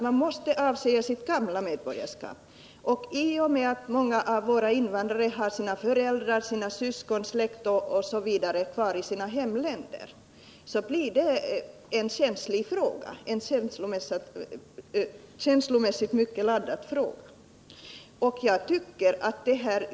Man måste avsäga sig sitt gamla medborgarskap, och eftersom många av våra invandrare har sina föräldrar, syskon och övrig släkt kvar i sina hemländer, blir det en känslomässigt mycket laddad fråga.